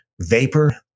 vapor